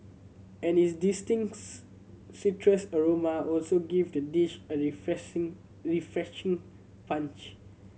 and its distinct citrus aroma also give the dish a refreshing punch